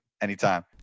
Anytime